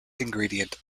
ingredient